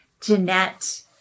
Jeanette